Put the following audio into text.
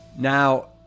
Now